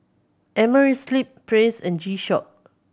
Amerisleep Praise and G Shock